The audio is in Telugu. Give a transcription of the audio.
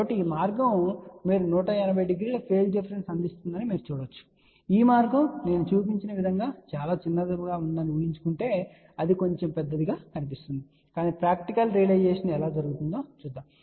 కాబట్టి ఈ మార్గం మీరు 1800 ఫేజ్ డిఫరెన్స్ అందిస్తుందని మీరు చూడవచ్చు మరియు ఈ మార్గం నేను చూపించిన విధంగా చాలా చిన్నదిగా ఉందని ఊహిస్తే అది కొంచెం పెద్దదిగా కనిపిస్తుంది కాని ప్రాక్టికల్ రియలైజేషన్ ఎలా జరుగుతుందో చూద్దాం